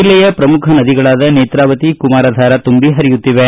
ಜಿಲ್ಲೆಯ ಪ್ರಮುಖ ನದಿಗಳಾದ ನೇತ್ರಾವತಿ ಕುಮಾರಧಾರ ನದಿಗಳು ತುಂಬಿ ಪರಿಯುತ್ತಿವೆ